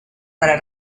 para